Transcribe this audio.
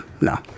no